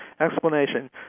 explanation